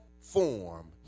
form